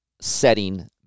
setting